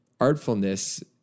artfulness